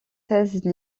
seize